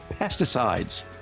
pesticides